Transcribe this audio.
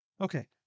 Okay